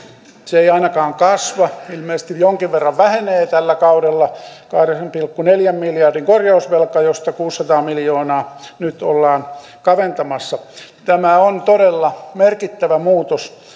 se ei ainakaan kasva ilmeisesti jonkin verran vähenee tällä kaudella kahdeksan pilkku neljän miljardin korjausvelka josta kuusisataa miljoonaa nyt ollaan kaventamassa tämä on todella merkittävä muutos